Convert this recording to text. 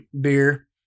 Beer